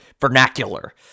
vernacular